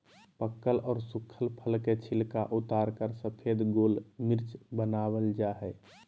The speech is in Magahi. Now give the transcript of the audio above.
पकल आर सुखल फल के छिलका उतारकर सफेद गोल मिर्च वनावल जा हई